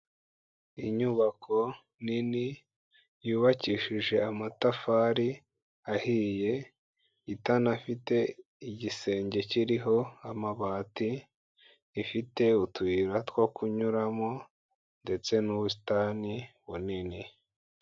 Inyubako nini, yubakishije amatafari ahiye, itanafite igisenge kiriho amabati, ifite utuyira two kunyuramo ndetse n'ubusitani bunini.